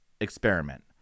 experiment